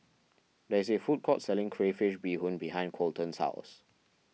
there is a food court selling Crayfish BeeHoon behind Kolton's house